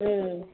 ம்